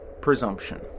presumption